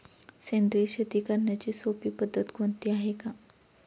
सेंद्रिय शेती करण्याची सोपी पद्धत कोणती आहे का?